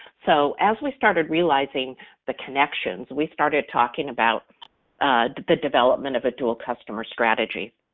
so as we started realizing the connections, we started talking about the development of a dual-customer strategy.